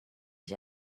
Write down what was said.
ich